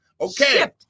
Okay